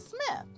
Smith